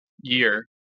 year